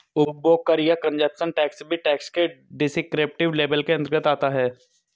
उपभोग कर या कंजप्शन टैक्स भी टैक्स के डिस्क्रिप्टिव लेबल के अंतर्गत आता है